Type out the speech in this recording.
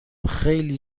خیلی